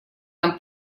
нам